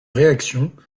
réaction